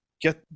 get